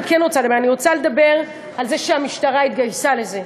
אני כן רוצה לדבר על זה שהמשטרה התגייסה לזה.